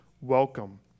welcome